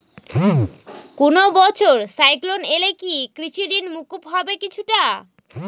কোনো বছর সাইক্লোন এলে কি কৃষি ঋণ মকুব হবে কিছুটা?